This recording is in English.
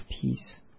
Peace